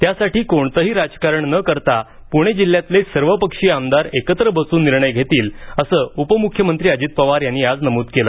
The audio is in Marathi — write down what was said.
यासाठी कोणतेही राजकारण न करता पुणे जिल्ह्यातले सर्वपक्षीय आमदार एकत्र बसुन निर्णय घेतील असं उपमुख्यमंत्री अजित पवार यांनी आज नम्रद केलं